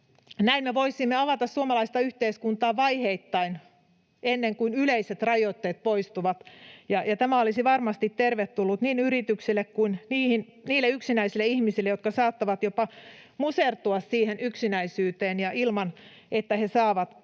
Näin me voisimme avata suomalaista yhteiskuntaa vaiheittain ennen kuin yleiset rajoitteet poistuvat, ja tämä olisi varmasti tervetullut niin yrityksille kuin niille yksinäisille ihmisille, jotka saattavat jopa musertua siihen yksinäisyyteen, kun ovat ilman